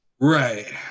right